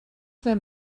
them